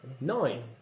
nine